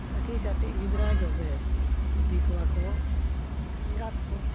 ᱛᱟᱠᱤ ᱠᱟᱹᱴᱤᱡ ᱜᱤᱫᱽᱨᱟᱹ ᱡᱚᱵᱮ ᱤᱫᱤ ᱠᱚᱣᱟ ᱠᱚ ᱮᱸᱜᱟᱛ ᱠᱚ